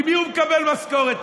ממי הוא מקבל משכורת?